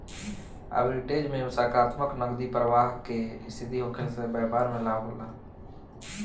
arbitrage में सकारात्मक नगदी प्रबाह के स्थिति होखला से बैपार में लाभ होला